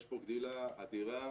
יש פה גדילה אדירה,